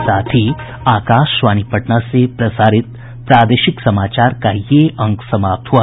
इसके साथ ही आकाशवाणी पटना से प्रसारित प्रादेशिक समाचार का ये अंक समाप्त हुआ